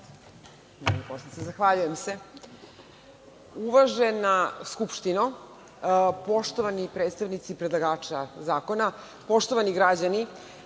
Zahvaljujem se. Uvažena Skupštino, poštovani predstavnici predlagača zakona, poštovani građani,